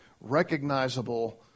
recognizable